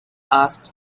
asked